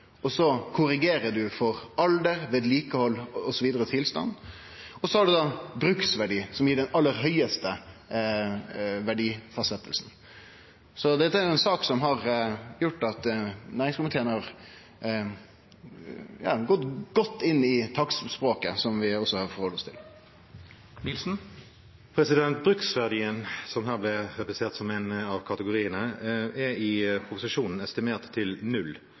og så korrigerer ein for alder, vedlikehald, tilstand osv. Så har ein bruksverdi, som gir den aller høgaste verdifastsetjinga. Dette er ei sak som har gjort at næringskomiteen har gått godt inn i takstspråket, som vi også har å halde oss til. Bruksverdien, som her ble presentert som en av kategoriene, er i proposisjonen estimert til null